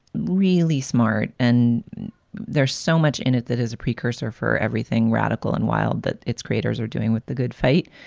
really smart. and there's so much in it that is a precursor for everything radical and wild, that its creators are doing with the good fight,